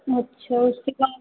अच्छा उसके बाद